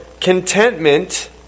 contentment